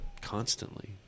constantly